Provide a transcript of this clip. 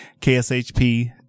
kshp